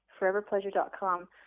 ForeverPleasure.com